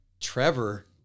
Trevor